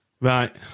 Right